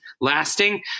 lasting